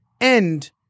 end